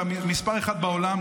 מספר אחת בעולם.